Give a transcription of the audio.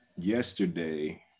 yesterday